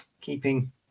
Keeping